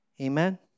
Amen